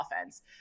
offense